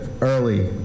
early